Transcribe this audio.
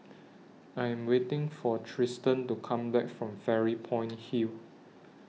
I Am waiting For Tristan to Come Back from Fairy Point Hill